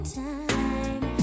time